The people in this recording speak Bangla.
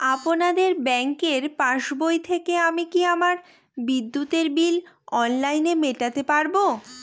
আপনাদের ব্যঙ্কের পাসবই থেকে আমি কি আমার বিদ্যুতের বিল অনলাইনে মেটাতে পারবো?